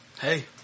Hey